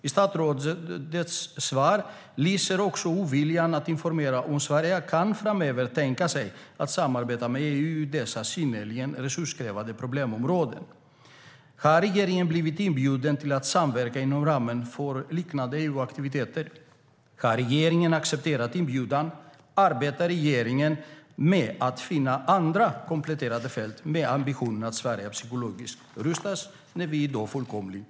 I statsrådets svar lyser också oviljan att informera om huruvida Sverige framöver kan tänka sig att samarbeta med EU i dessa synnerligen resurskrävande problemområden. Har regeringen blivit inbjuden till att samverka inom ramen för liknande EU-aktiviteter? Har regeringen accepterat inbjudan? Arbetar regeringen med att finna andra kompletterande fält med ambitionen att Sverige ska vara psykologiskt rustat när vi fullkomligt cyberbombarderas?